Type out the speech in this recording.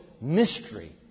mystery